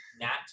Nat